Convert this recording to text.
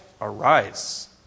Arise